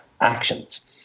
actions